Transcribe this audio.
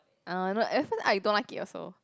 uh you know at first I don't like it also